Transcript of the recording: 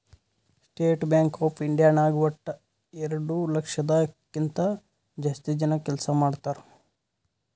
state Bank of India ನಾಗ್ ವಟ್ಟ ಎರಡು ಲಕ್ಷದ್ ಕಿಂತಾ ಜಾಸ್ತಿ ಜನ ಕೆಲ್ಸಾ ಮಾಡ್ತಾರ್